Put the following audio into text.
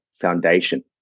foundation